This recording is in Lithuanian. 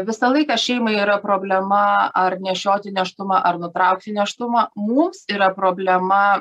visą laiką šeimai yra problema ar nešioti nėštumą ar nutraukti nėštumą mums yra problema